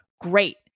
great